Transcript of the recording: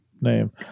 name